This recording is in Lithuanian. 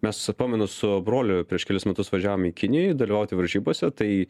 mes pamenu su broliu prieš kelis metus važiavom į kiniją dalyvauti varžybose tai